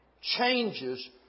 Changes